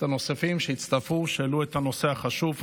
הנוספים שהצטרפו ושהעלו את הנושא החשוב,